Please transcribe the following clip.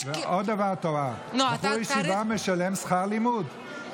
עוד דבר תורה, בחור ישיבה משלם שכר לימוד.